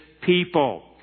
people